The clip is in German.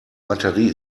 batterie